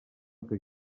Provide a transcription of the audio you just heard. que